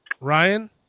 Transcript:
Ryan